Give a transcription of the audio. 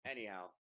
Anyhow